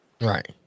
Right